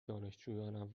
دانشجویانم